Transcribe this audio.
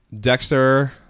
Dexter